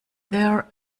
there